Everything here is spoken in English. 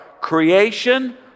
creation